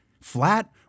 flat